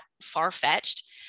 far-fetched